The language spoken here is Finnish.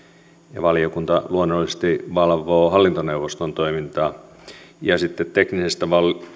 ja valiokunta luonnollisesti valvoo hallintoneuvoston toimintaa ja teknisestä